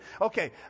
Okay